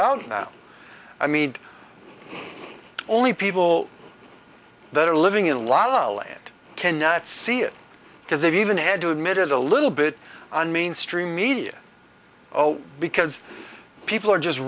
out now i mean only people that are living in la la land cannot see it because they've even had to admit it a little bit on mainstream media oh because people are just